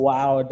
Wow